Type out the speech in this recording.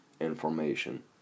information